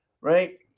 right